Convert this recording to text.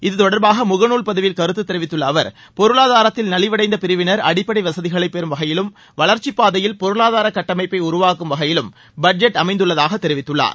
இதுதொடர்பாக முகநூல் பதிவில் கருத்து தெரிவித்துள்ள அவர் பொருளாதாரத்தில் நலிவடைந்த பிரிவின் அடிப்படை வசதிகளை பெரும் வகையிலும் வளர்ச்சிப்பாதையில் பொருளாதார கட்டமைப்பை உருவாக்கும் வகையிலும் பட்ஜெட் அமைந்துள்ளதாக தெரிவித்துள்ளார்